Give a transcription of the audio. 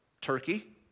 Turkey